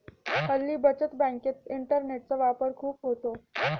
हल्ली बचत बँकेत इंटरनेटचा वापर खूप होतो